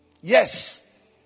Yes